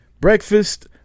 breakfast